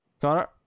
connor